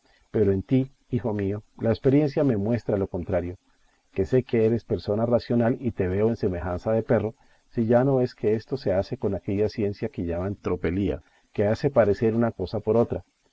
pero en ti hijo mío la experiencia me muestra lo contrario que sé que eres persona racional y te veo en semejanza de perro si ya no es que esto se hace con aquella ciencia que llaman tropelía que hace parecer una cosa por otra